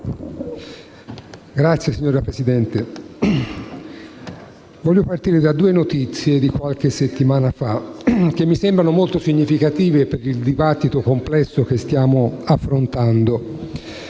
Signora Presidente, voglio partire da due notizie di qualche settimana fa che mi sembrano molto significative per il dibattito complesso che stiamo affrontando.